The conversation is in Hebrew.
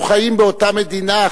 אנחנו חיים באותה מדינה.